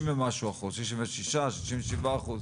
66%, 67%